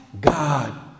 God